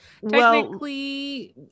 Technically